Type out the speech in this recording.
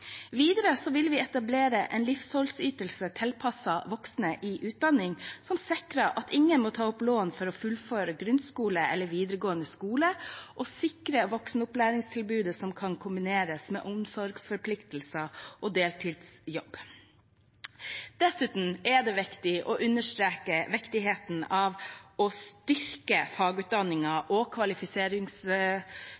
Videre vil vi etablere en livsoppholdsytelse tilpasset voksne i utdanning som sikrer at ingen må ta opp lån for å fullføre grunnskole eller videregående skole, og sikre voksenopplæringstilbud som kan kombineres med omsorgsforpliktelser og deltidsjobb. Dessuten er det viktig å understreke viktigheten av å styrke